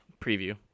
preview